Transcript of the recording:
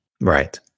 Right